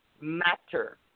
matter